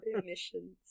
emissions